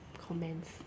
comments